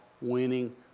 winning